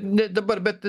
ne dabar bet